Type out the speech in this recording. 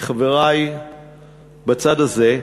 חברי בצד הזה,